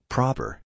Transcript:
Proper